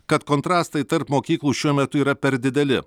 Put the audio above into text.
kad kontrastai tarp mokyklų šiuo metu yra per dideli